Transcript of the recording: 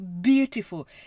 beautiful